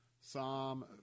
Psalm